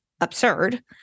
absurd